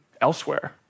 elsewhere